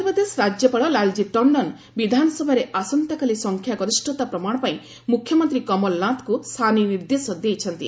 MP ଆସେମ୍କି ମଧ୍ୟପ୍ରଦେଶ ରାଜ୍ୟପାଳ ଲାଲଜୀ ଟଣ୍ଡନ ବିଧାନସଭାରେ ଆସନ୍ତାକାଲି ସଂଖ୍ୟାଗରିଷତା ପ୍ରମାଣ ପାଇଁ ମୁଖ୍ୟମନ୍ତ୍ରୀ କମଲନାଥଙ୍କୁ ସାନି ନିର୍ଦ୍ଦେଶ ଦେଇଛନ୍ତି